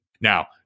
Now